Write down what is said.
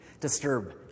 disturb